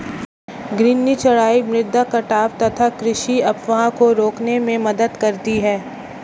घूर्णी चराई मृदा कटाव तथा कृषि अपवाह को रोकने में मदद करती है